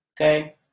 okay